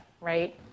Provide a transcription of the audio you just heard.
right